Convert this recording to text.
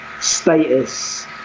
status